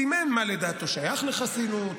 סימן מה לדעתו שייך לחסינות,